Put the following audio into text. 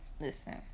Listen